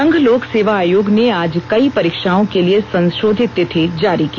संघ लोक सेवा आयोग ने आज कई परीक्षाओं के लिए संषोधित तिथि जारी की